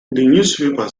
newspaper